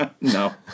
No